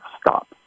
stop